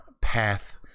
path